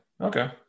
Okay